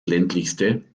ländlichste